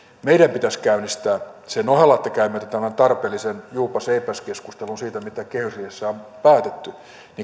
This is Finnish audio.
meidän pitäisi sen ohella että käymme tämän tarpeellisen juupas eipäs keskustelun siitä mitä kehysriihessä on päätetty